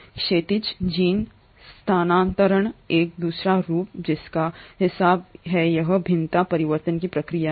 क्षैतिज जीन स्थानांतरण का दूसरा रूप जिसका हिसाब है यह भिन्नता परिवर्तन की प्रक्रिया है